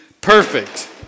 perfect